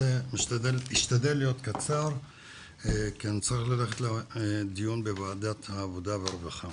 באמת אשתדל להיות קצר כי אני צריך ללכת לדיון בוועדת העבודה והרווחה.